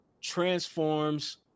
transforms